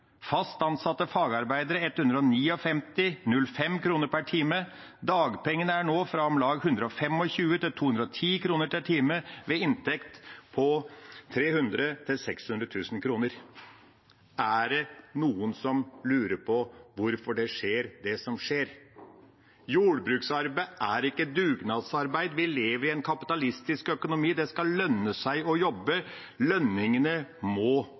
og dagpengene er nå fra om lag 125 til 210 kr per time ved inntekt på 300 000 – 600 000 kr. Er det noen som lurer på hvorfor det skjer, det som skjer? Jordbruksarbeid er ikke dugnadsarbeid. Vi lever i en kapitalistisk økonomi, det skal lønne seg å jobbe. Lønningene må